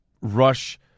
Rush